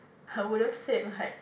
I would have said like